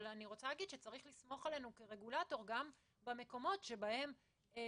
אבל אני רוצה להגיד צריך לסמוך עלינו כרגולטור גם במקומות שהם לא